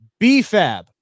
bfab